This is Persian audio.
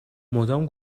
مدام